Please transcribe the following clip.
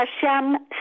Hashem